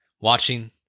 watching